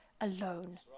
alone